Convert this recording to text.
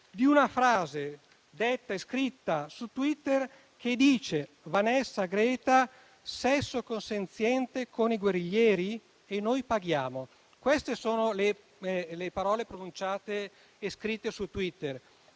di una frase, scritta su Twitter, che dice: "*Vanessa e Greta**, *sesso** consenziente con i guerriglieri? **E noi paghiamo!".** Queste sono le parole pronunciate e scritte su Twitter.